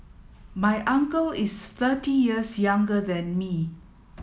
my uncle is thirty years younger than me